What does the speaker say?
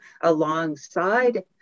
alongside